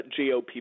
GOP